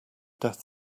death